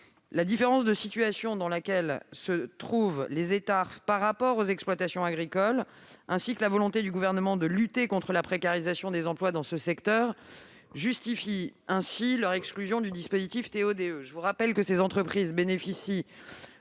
La différence de situation dans laquelle se trouvent les Etarf par rapport aux exploitations agricoles, ainsi que la volonté du Gouvernement de lutter contre la précarisation des emplois dans ce secteur, justifie leur exclusion du dispositif TO-DE. Je vous rappelle que ces entreprises bénéficient